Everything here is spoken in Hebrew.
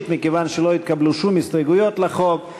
מכיוון שלא התקבלו שום הסתייגויות לחוק.